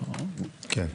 כן.